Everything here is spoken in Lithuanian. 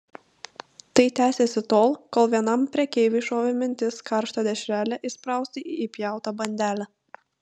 tai tęsėsi tol kol vienam prekeiviui šovė mintis karštą dešrelę įsprausti į įpjautą bandelę